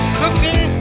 cooking